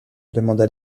demanda